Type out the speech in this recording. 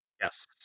Yes